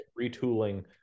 retooling